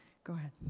go ahead.